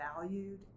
valued